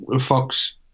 Fox